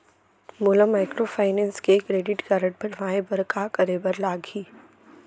मोला माइक्रोफाइनेंस के credit card बनवाए बर का करे बर लागही?